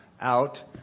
out